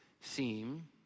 seem